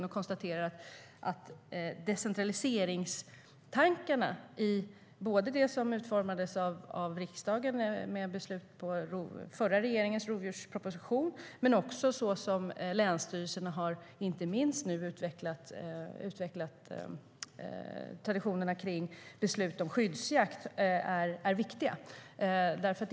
Jag konstaterar att decentraliseringstankarna är viktiga, både i det som utformades av riksdagen efter beslut om den förra regeringens rovdjursproposition och när det gäller de traditioner för beslut om skyddsjakt länsstyrelserna har utvecklat.